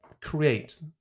create